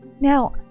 Now